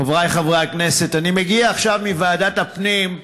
חבריי חברי הכנסת, אני מגיע עכשיו מוועדת הפנים,